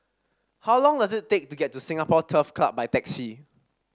how long does it take to get to Singapore Turf Club by taxi